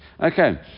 Okay